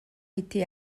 été